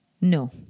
no